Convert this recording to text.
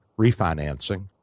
refinancing